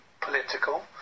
political